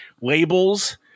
labels